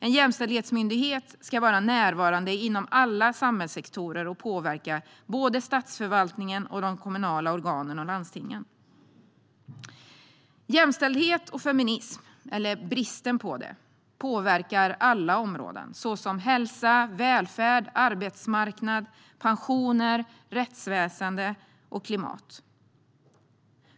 En jämställdhetsmyndighet ska vara närvarande inom alla samhällssektorer och påverka både statsförvaltningen, de kommunala organen och landstingen. Jämställdhet och feminism, eller bristen på det, påverkar alla områden, såsom hälsa, välfärd, arbetsmarknad, pensioner, rättsväsen och klimat.